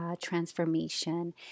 Transformation